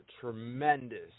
tremendous